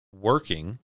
working